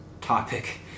topic